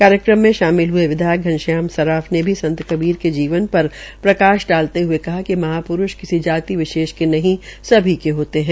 कार्यक्रम में शामिल हये विधायक घनश्याम सर्राफ ने भी संत कबीर की जीवन पर प्रकाश डालते हये कहा कि महापुरूष किसी जाति विशेष के नही सभी के होते है